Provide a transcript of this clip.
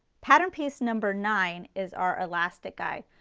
pattern piece number nine is our elastic guide.